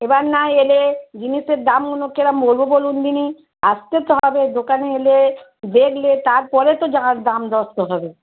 এবার না এলে জিনিসের দামগুলো কিরম বলবো বলুন দেখি আসতে তো হবে দোকানে এলে দেখলে তারপরে তো যার দাম দস্তুর হবে